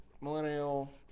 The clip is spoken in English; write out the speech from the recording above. Millennial